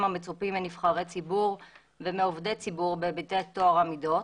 המצופים מנבחרי ציבור ומעובדי ציבור בהיבטי טוהר המידות.